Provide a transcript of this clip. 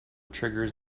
triggers